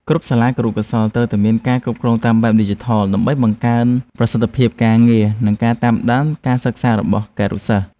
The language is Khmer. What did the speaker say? គ្រប់សាលាគរុកោសល្យត្រូវមានការគ្រប់គ្រងតាមបែបឌីជីថលដើម្បីបង្កើនប្រសិទ្ធភាពការងារនិងការតាមដានការសិក្សារបស់គរុសិស្ស។